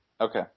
Okay